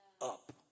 up